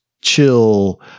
chill